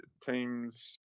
teams